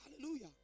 hallelujah